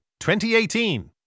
2018